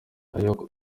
ayo